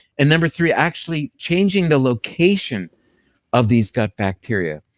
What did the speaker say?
and number three, actually changing the location of these gut bacteria,